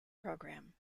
program